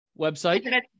website